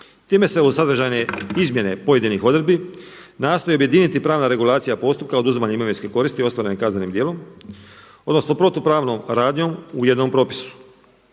Time se u sadržajne izmjene pojedinih odredbi nastoji objediniti pravna regulacija postupka oduzimanja imovinske koristi ostvarene kaznenim djelom, odnosno protupravnom radnjom u jednom propisu.